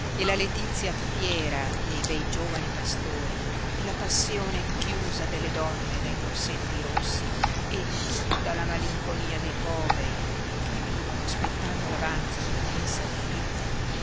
e la letizia fiera dei bei giovani pastori e la passione chiusa delle donne dai corsetti rossi e tutta la malinconia dei poveri che vivono aspettando l'avanzo della mensa dei ricchi